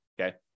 okay